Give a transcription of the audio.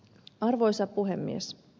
arvoisa puhemies